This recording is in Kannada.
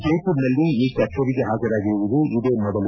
ಜೈಪುರದಲ್ಲಿ ಈ ಕಚೇರಿಗೆ ಹಾಜರಾಗಿರುವುದು ಇದೇ ಮೊದಲು